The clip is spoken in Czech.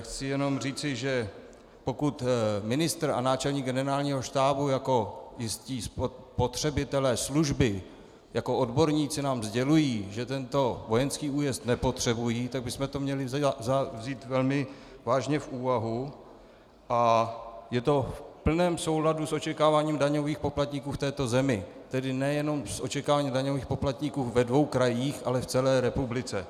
Chci jenom říci, že pokud ministr a náčelník Generálního štábu jako jistí spotřebitelé služby, jako odborníci nám sdělují, že tento vojenský újezd nepotřebují, tak bychom to měli vzít velmi vážně v úvahu, a je to v plném souladu s očekáváním daňových poplatníků v této zemi, tedy nejenom s očekáváním daňových poplatníků ve dvou krajích, ale v celé republice.